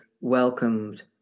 welcomed